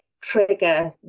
trigger